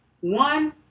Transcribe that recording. one